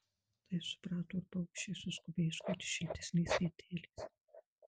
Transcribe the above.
tai suprato ir paukščiai suskubę ieškoti šiltesnės vietelės